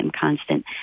constant